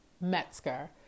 Metzger